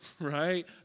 right